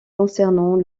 concernant